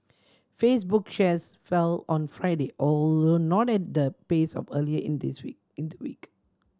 Facebook shares fell on Friday although not at the pace of earlier in this week in the week